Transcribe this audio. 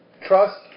trust